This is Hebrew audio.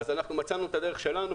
אנחנו מצאנו את הדרך שלנו,